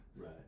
Right